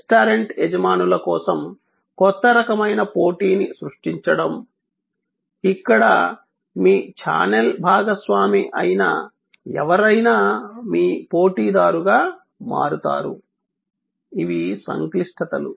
restaurant యజమానుల కోసం కొత్త రకమైన పోటీని సృష్టించడం ఇక్కడ మీ ఛానెల్ భాగస్వామి అయిన ఎవరైనా మీ పోటీదారుగా మారతారు ఇవి సంక్లిష్టతలు